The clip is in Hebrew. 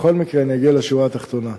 בכל מקרה, אני אגיע לשורה התחתונה: